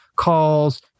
calls